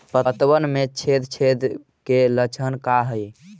पतबन में छेद छेद के लक्षण का हइ?